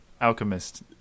Alchemist